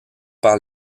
par